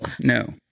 No